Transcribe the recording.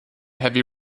heavy